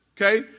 okay